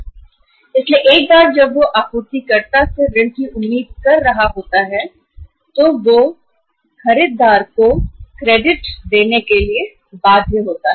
इसलिए अगर वह आपूर्तिकर्ता से ऋण की उम्मीद कर रहा होता है तो वह खरीदार को भी उधार देने के लिए बाध्य हो जाता है